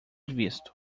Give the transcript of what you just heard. visto